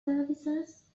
services